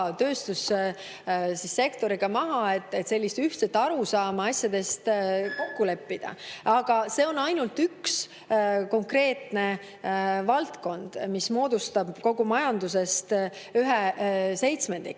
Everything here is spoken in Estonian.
[esindajatega laua taga], et ühtne arusaam asjadest kokku leppida. Aga see on ainult üks konkreetne valdkond, mis moodustab kogu majandusest ühe seitsmendiku.